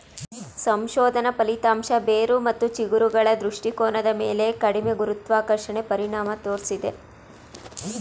ಸಂಶೋಧನಾ ಫಲಿತಾಂಶ ಬೇರು ಮತ್ತು ಚಿಗುರುಗಳ ದೃಷ್ಟಿಕೋನದ ಮೇಲೆ ಕಡಿಮೆ ಗುರುತ್ವಾಕರ್ಷಣೆ ಪರಿಣಾಮ ತೋರ್ಸಿದೆ